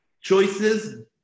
choices